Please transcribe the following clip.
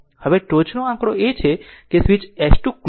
હવે ટોચનો આ આંકડો એ છે કે સ્વીચ s 2 ક્લોઝ છે